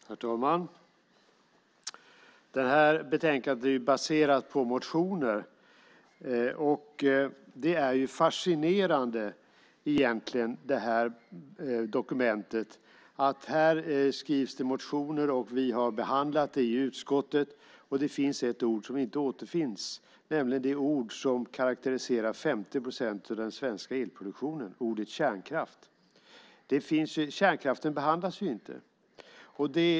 Herr talman! Det här betänkandet är ju baserat på motioner. Det här dokumentet är fascinerande. Det skrivs motioner, och vi har behandlat det i utskottet. Det är ett ord som inte finns med, nämligen det ord som karaktäriserar 50 procent av den svenska elproduktionen - ordet kärnkraft. Kärnkraften behandlas inte.